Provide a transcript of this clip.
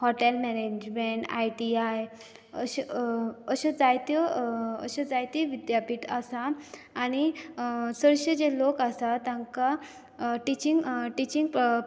hotel management ITI अश्यो जायत्यो अं अशी जायती विद्यापिठां आसा आनी चडशे जे लोक आसा तांकां टिचींग अं टिचींग